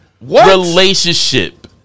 relationship